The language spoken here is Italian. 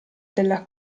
della